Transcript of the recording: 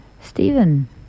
Stephen